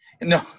No